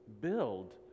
build